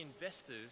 investors